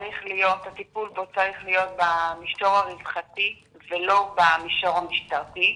הטיפול בו צריך להיות במישור הרווחתי ולא במישור המשטרתי.